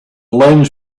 lens